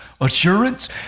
assurance